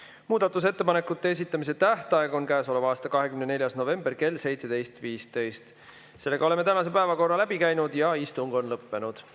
Muudatusettepanekute esitamise tähtaeg on selle aasta 24. november kell 17.15. Oleme tänase päevakorra läbi käinud ja istung on lõppenud.